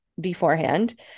beforehand